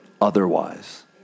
otherwise